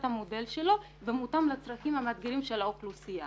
המודל שלו ומותאם לצרכים המאתגרים של האוכלוסייה.